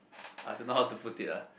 I don't know how to put it lah